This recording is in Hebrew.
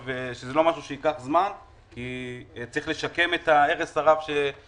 ושזה לא משהו שייקח זמן כי צריך לשקם את ההרס הרב שנעשה,